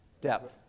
Depth